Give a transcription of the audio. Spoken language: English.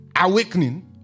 awakening